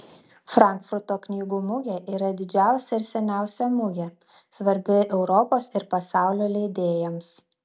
frankfurto knygų mugė yra didžiausia ir seniausia mugė svarbi europos ir pasaulio leidėjams